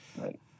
Right